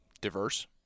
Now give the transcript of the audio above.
diverse